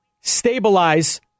stabilize